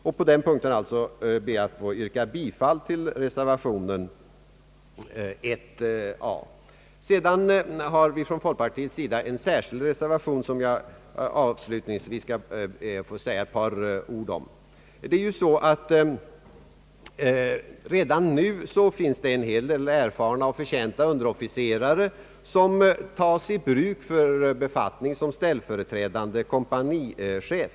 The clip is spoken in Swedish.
Jag ber alltså, herr talman, att få yrka bifall till reservationen a. Sedan har folkpartiet en särskild reservation, som jag avslutningsvis skall be att få säga ett par ord om. Redan nu finns en hel del erfarna och förtjänta underofficerare, som tas i bruk i befattningar såsom ställföreträdande kompanichef.